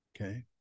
Okay